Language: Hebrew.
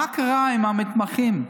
מה קרה עם המתמחים?